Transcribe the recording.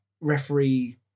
referee